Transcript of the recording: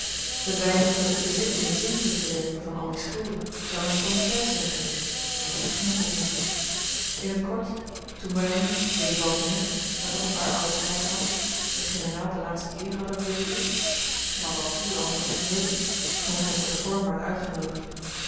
het weinigje dat ik bezit in den zinkput te werpen van al die schulden zou eene stommiteit zijn geweest en die beging ik ook niet in t kort toen wij willibald en ik met nog een paar oude krijgsmakkers den generaal de laatste eer hadden bewezen wij hadden op u al niet meer gerekend schoon gij voor den vorm waart uitgenoodigd